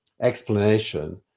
explanation